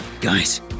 Guys